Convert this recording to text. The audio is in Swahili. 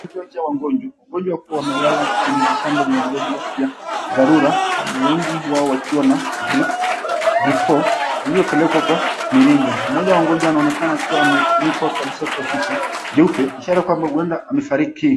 ...Cha wagonjwa. Wagonjwa wakiwa wamelala kwenye vitanda vya wagonjwa vya dharura wengi wao wakiwa na drip, drip four zilizopelekwa kwa mirija. Mmoja wa wagonjwa anaonekana akiwa amefunikwa kabisa kwa shuka jeupe, ishara kwamba huenda amefariki.